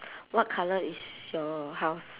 what colour is your house